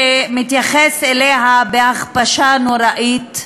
שמתייחס אליה בהכפשה נוראית,